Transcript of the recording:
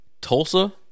Tulsa